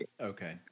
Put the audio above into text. Okay